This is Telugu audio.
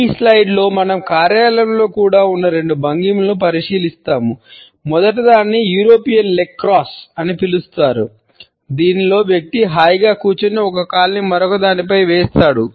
ఈ స్లయిడ్లో అని పిలుస్తారు దీనిలో వ్యక్తి హాయిగా కూర్చొని ఒక కాలును మరొకదానిపై వేస్తాడు